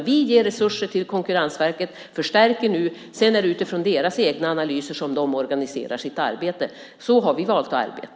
Vi ger resurser till Konkurrensverket, förstärker nu, och sedan är det utifrån deras egna analyser som de organiserar sitt arbete. Så har vi valt att arbeta.